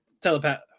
telepath